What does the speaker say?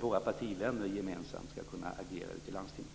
våra partivänner gemensamt skall kunna agera i landstingen.